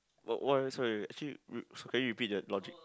what what were you sorry actually can you repeat that logic